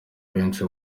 benshi